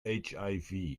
hiv